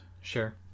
Sure